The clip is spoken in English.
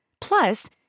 Plus